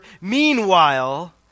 Meanwhile